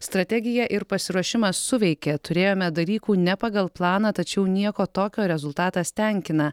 strategija ir pasiruošimas suveikė turėjome dalykų ne pagal planą tačiau nieko tokio rezultatas tenkina